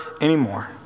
anymore